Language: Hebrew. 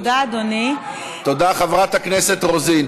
תודה, חברת הכנסת רוזין.